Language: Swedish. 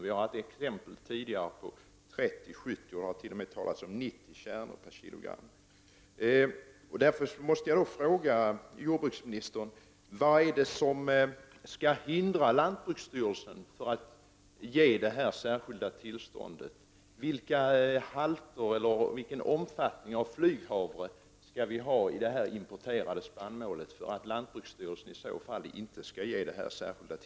Vi har haft exempel tidigare på 30 och 70, det har t.o.m. talats om 90 kärnor per kilo.